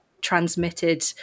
transmitted